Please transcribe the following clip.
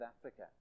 Africa